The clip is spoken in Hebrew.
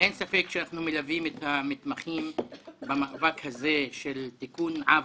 אין ספק שאנחנו מלווים את המתמחים במאבק הזה של תיקון עוול.